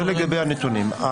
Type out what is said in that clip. זה לגבי הנתונים.